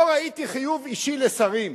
לא ראיתי חיוב אישי לשרים.